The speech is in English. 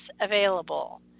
available